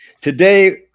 Today